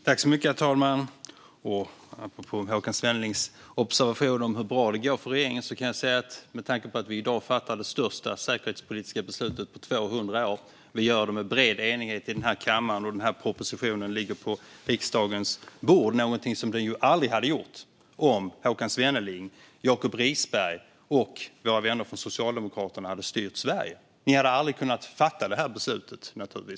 Herr talman! Apropå Håkan Svennelings observation om hur bra det går för regeringen kan jag säga att vi i dag fattar det största säkerhetspolitiska beslutet på 200 år och gör det med bred enighet i denna kammare. Propositionen ligger på riksdagens bord, vilket den ju aldrig hade gjort om Håkan Svenneling, Jacob Risberg och våra vänner från Socialdemokraterna hade styrt Sverige. De hade naturligtvis aldrig kunnat fatta det här beslutet.